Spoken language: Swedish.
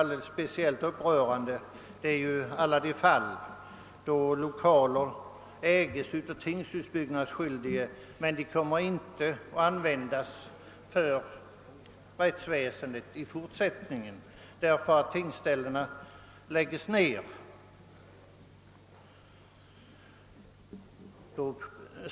Alldeles speciellt upprörande är kanske de fall, där lokaler som nu ägs av tingshusbyggnadsskyldige i fortsättningen inte kommer att användas inom rättsväsendet därför att tingsställena läggs ned.